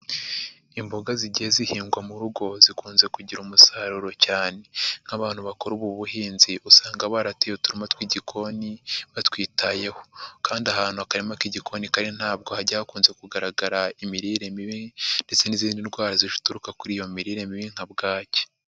Imboga zigiye zihingwa mu rugo zikunze kugira umusaruro cyane. Nk'abantu bakora ubu buhinzi usanga barateye uturima tw'igikoni batwitayeho. Kandi ahantu akarima k'igikoni kandi ntabwo hajya hakunze kugaragara imirire mibi ndetse n'izindi ndwara zituruka kuri iyo mirire mibi nka Bwaki.